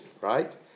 right